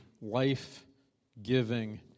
life-giving